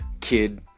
kid